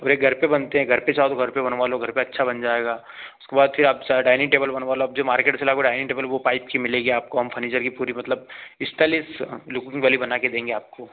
और एक घर पर बनते हैं घर पर चाहो तो घर पर बनवा लो घर पर अच्छा बन जाएगा उसके बाद फिर आप चाहे डाइनिंग टेबल बनवा लो आप जो मार्केट से लाओगे डाइनिंग टेबल वह पाइप की मिलेगी आपको हम फ़र्नीचर की पूरी मतलब इस्टाइलिस लुकिंग वाली बना के देंगे आपको